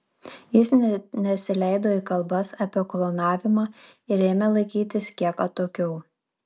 jis net nesileido į kalbas apie klonavimą ir ėmė laikytis kiek atokiau